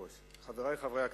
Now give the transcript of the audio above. חברי חברי הכנסת,